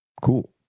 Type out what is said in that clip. cool